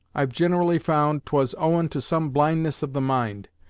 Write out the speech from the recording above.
i've ginirally found twas owin to some blindness of the mind,